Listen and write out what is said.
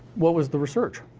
what was the research?